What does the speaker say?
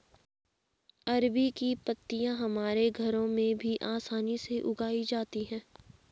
अरबी की पत्तियां हमारे घरों में भी आसानी से उगाई जाती हैं